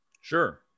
Sure